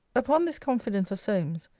upon this confidence of solmes,